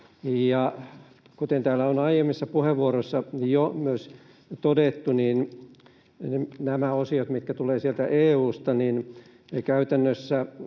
Kuten täällä on aiemmissa puheenvuoroissa jo todettu, nämä osiot, mitkä tulevat sieltä EU:sta — käytännössä